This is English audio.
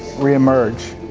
reemerge.